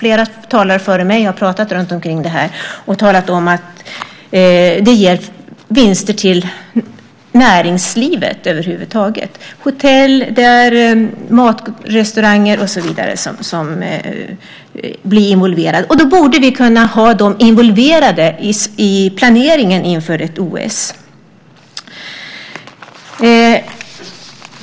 Flera talare före mig har pratat om det här och talat om att det ger vinster till näringslivet över huvud taget, till hotell, restauranger och så vidare som blir involverade. Vi borde kunna ha dem involverade i planeringen inför ett OS.